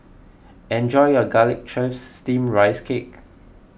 enjoy your Garlic Chives Steamed Rice Cake